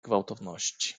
gwałtowności